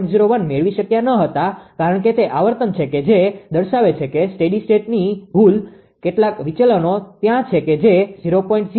01 મેળવી શક્યા ન હતા કારણ કે તે આવર્તન છે કે જે દર્શાવે છે કે સ્ટેડી સ્ટેટની ભૂલ કેટલાક વિચલનો ત્યાં છે કે જે 0